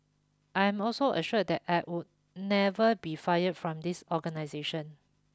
I am also assured that I would never be fired from this organisation